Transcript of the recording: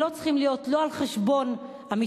לא צריכים להיות לא על חשבון המתמחים,